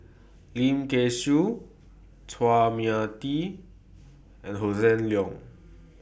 Lim Kay Siu Chua Mia Tee and Hossan Leong